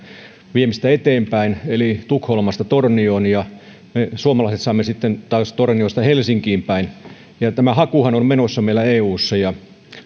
viemistä eteenpäin tukholmasta tornioon ja me suomalaiset viemme sitten taas torniosta helsinkiin päin tämä hakuhan on menossa meillä eussa ja